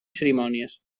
cerimònies